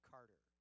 Carter